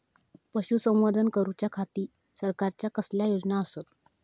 पशुसंवर्धन करूच्या खाती सरकारच्या कसल्या योजना आसत?